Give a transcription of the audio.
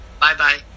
Bye-bye